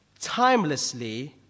timelessly